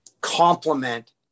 complement